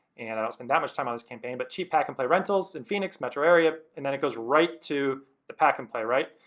and i don't spend that much time on this campaign. but cheap pack'n play rentals in phoenix metro area. and then it goes right to the pack'n play, right?